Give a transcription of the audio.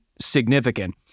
significant